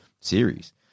series